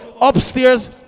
Upstairs